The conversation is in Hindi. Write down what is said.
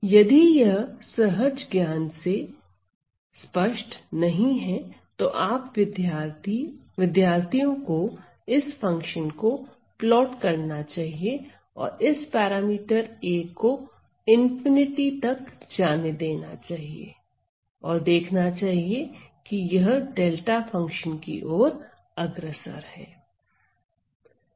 यदि यह सहज ज्ञान से स्पष्ट नहीं है तो आप विद्यार्थियों को इस फंक्शन को प्लॉट करना चाहिए और इस पैरामीटर a को इंफिनिटी तक जाने देना चाहिए और देखना चाहिये कि यह डेल्टा फंक्शन की ओर अग्रसर है